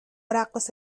رقاص